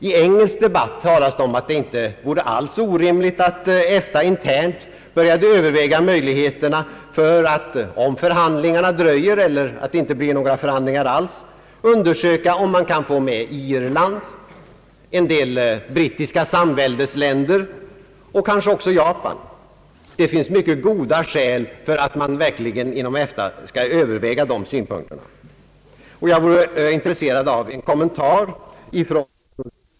I engelsk debatt talas om att det inte alls vore orimligt att EFTA internt började överväga möjligheterna att, om förhandlingarna dröjer eller inte alls blir av, undersöka om man kan få med Irland, en del brittiska samväldesländer och kanske också Japan. Det finns mycket goda skäl för att man inom EFTA verkligen skall överväga de synpunkterna, och jag vore intresserad av en kommentar från statsrådet Wickman.